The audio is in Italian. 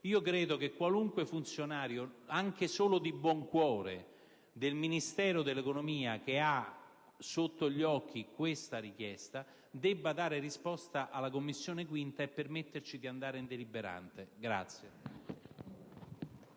Credo che qualsiasi funzionario, anche solo di buon cuore, del Ministero dell'economia che ha sotto gli occhi questa richiesta debba dare risposta alla 5a Commissione e permetterci di proseguire l'esame del